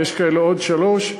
ויש כאלה עוד שלוש,